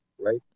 Right